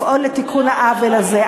לפעול לתיקון העוול הזה.